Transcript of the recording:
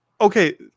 okay